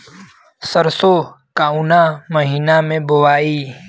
सरसो काउना महीना मे बोआई?